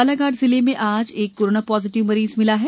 बालाघाट जिले में आज एक कोरोना पॉजिटिव मरीज मिला है